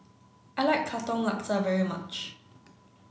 I like Katong Laksa very much